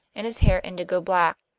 and his hair indigo black.